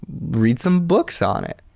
read some books on it.